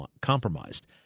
compromised